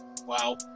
wow